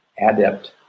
adept